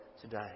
today